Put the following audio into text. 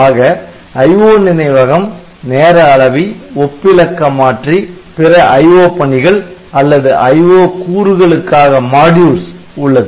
ஆக IO நினைவகம் நேர அளவி ஒப்பிலக்க மாற்றி பிற IO பணிகள் அல்லது IO கூறுகளுக்காக உள்ளது